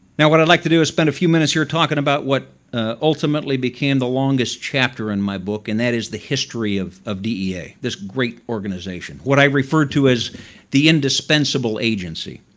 now, what i'd like to do is spend a few minutes here talk and about what ultimately became the longest chapter in my book. and that is the history of of dea, this great organization, what i refer to as the indispensable agency.